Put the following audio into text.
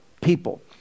people